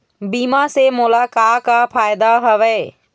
बीमा से मोला का का फायदा हवए?